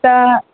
त